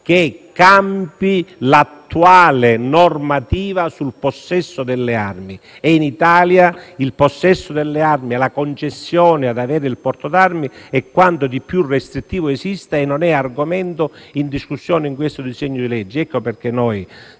che cambi l'attuale normativa sul possesso delle armi. In Italia la concessione del porto d'armi è quanto di più restrittivo esista e non è argomento in discussione in questo disegno di legge. Ecco perché siamo